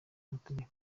mategeko